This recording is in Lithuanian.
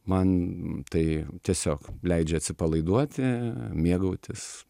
man tai tiesiog leidžia atsipalaiduoti mėgautis